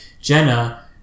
Jenna